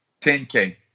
10K